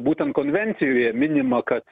būtent konvencijoje minima kad